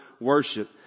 worship